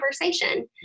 conversation